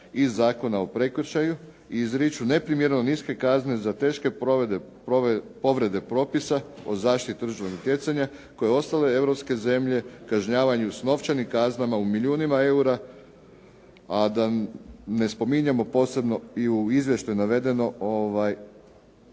iz Zakona o prekršaju i izriču neprimjerno niske kazne za teške povrede propisa o zaštiti tržišnog natjecanja koje ostale europske zemlje kažnjavaju s novčanim kaznama u milijunima eura, a da ne spominjemo posebno i u izvještaju navedeno